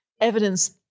evidence